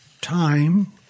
time